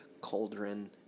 cauldron